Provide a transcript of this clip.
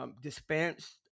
dispensed